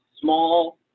small